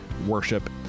worship